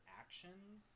actions